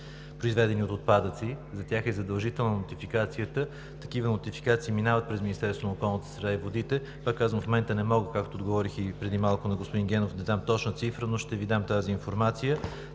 произведени от отпадъци. За тях е задължителна нотификацията. Такива нотификации минават през Министерството на околната среда и водите. В момента не мога, както отговорих и преди малко на господин Генов, да дам точна цифра, но ще Ви дам тази информация.